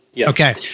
Okay